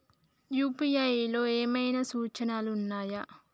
UPI లో ఏమేమి సూచనలు ఉన్నాయి?